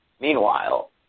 Meanwhile